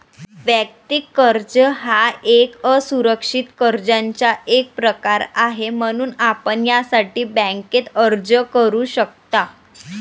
वैयक्तिक कर्ज हा एक असुरक्षित कर्जाचा एक प्रकार आहे, म्हणून आपण यासाठी बँकेत अर्ज करू शकता